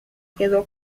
quedó